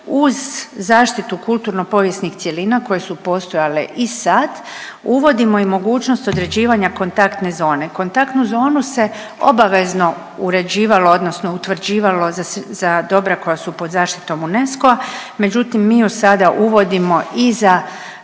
uz zaštitu kulturno povijesnih cjelina koje su postojale i sad uvodimo i mogućnost određivanja kontaktne zone. Kontaktnu zonu se obavezno uređivalo odnosno utvrđivalo za dobra koja su pod zaštitom UNESCO-a, međutim mi ju sada uvodimo i za